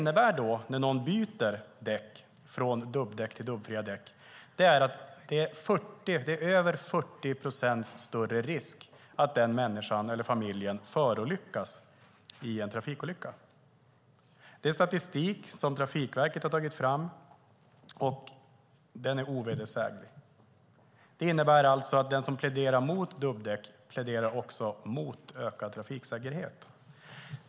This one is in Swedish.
När någon byter från dubbdäck till dubbfria däck är det över 40 procent större risk för att den människan eller den familjen förolyckas i en trafikolycka. Det är statistik som Trafikverket har tagit fram, och den är ovedersäglig. Detta innebär alltså att den som pläderar mot dubbdäck också pläderar mot ökad trafiksäkerhet.